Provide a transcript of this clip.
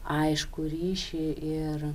aiškų ryšį ir